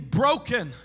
broken